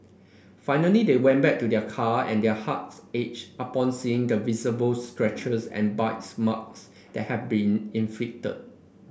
finally they went back to their car and their hearts ached upon seeing the visible scratches and bites marks that had been inflicted